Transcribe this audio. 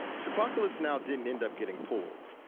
two pacalypse now didn't end up getting pulled,